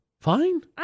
Fine